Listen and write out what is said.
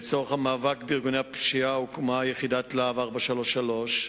לצורך המאבק בארגונים הוקמה יחידת להב 433,